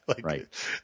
Right